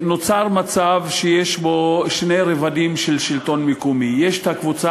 נוצר מצב שיש בו שני רבדים של שלטון מקומי: יש הקבוצה